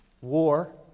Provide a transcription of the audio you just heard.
war